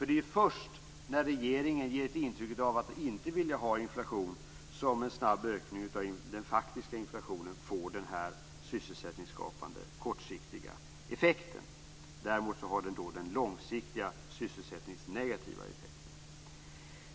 Det är först när regeringen ger intryck av att inte vilja ha inflation som en snabb ökning av den faktiska inflationen får den kortsiktiga sysselsättningsskapande effekten. Däremot har det en långsiktigt sysselsättningsnegativ effekt.